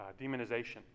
demonization